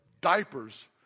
diapers